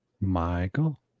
Michael